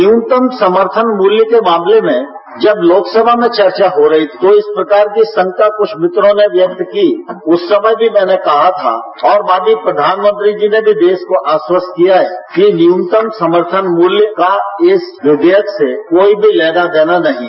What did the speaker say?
न्यूनतम समर्थन मूल्य के मामले में जब लोकसमा में चर्चा हो रही तो इस प्रकार की शंका कूछ मित्रों ने व्यक्त की उस समय भी मैने कहा था और बाकी प्रधानमंत्री जी ने भी देश को आश्वस्त किया है कि न्यूनतम समर्थन मूल्य का इस विधेयक से कोई भी लेना देना नहीं है